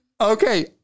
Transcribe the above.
Okay